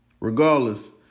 Regardless